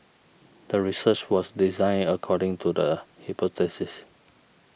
the research was designed according to the hypothesis